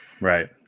right